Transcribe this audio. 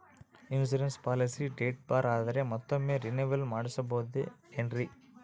Insurance policy date ಬಾರ್ ಆದರೆ ಮತ್ತೊಮ್ಮೆ ರಿನಿವಲ್ ಮಾಡಿಸಬಹುದೇ ಏನ್ರಿ?